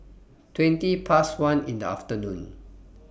twenty Past one in The afternoon